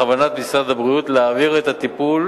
בכוונת משרד הבריאות להעביר את הטיפול